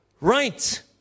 right